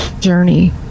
journey